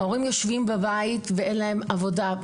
ההורים יושבים בבית ואין להם עבודה.